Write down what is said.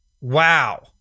Wow